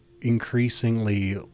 increasingly